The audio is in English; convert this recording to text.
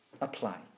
apply